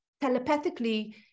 telepathically